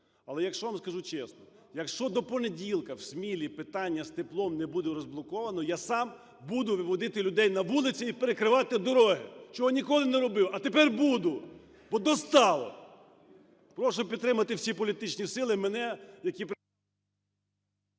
але, якщо вам скажу чесно, якщо до понеділка в Смілі питання з теплом не буде розблоковано, я сам буду виводити людей на вулиці і перекривати дороги, чого ніколи не робив, а тепер буду, бо достало! Прошу підтримати всі політичні сили мене, які…